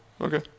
Okay